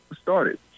started